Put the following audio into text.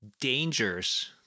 dangers